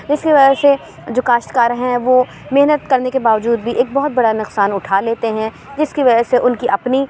اِس کی وجہ سے جو کاشتکار ہیں وہ محنت کرنے کے باوجود بھی ایک بہت بڑا نقصان اُٹھا لیتے ہیں جس کی وجہ سے اُن کی اپنی